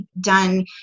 done